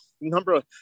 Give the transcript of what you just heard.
number